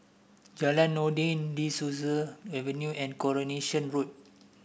Jalan Noordin De Souza Avenue and Coronation Road